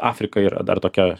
afrika yra dar tokia